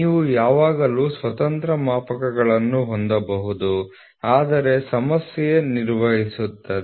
ನೀವು ಯಾವಾಗಲೂ ಸ್ವತಂತ್ರ ಮಾಪಕಗಳನ್ನು ಹೊಂದಬಹುದು ಆದರೆ ಸಮಸ್ಯೆ ನಿರ್ವಹಿಸುತ್ತಿದೆ